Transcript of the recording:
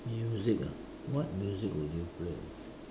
music ah what music will you play ah